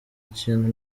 ikintu